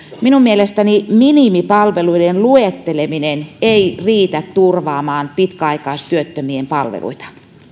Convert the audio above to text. minun mielestäni minimipalveluiden luetteleminen ei riitä turvaamaan pitkäaikaistyöttömien palveluita